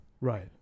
Right